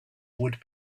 would